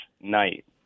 night